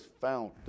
found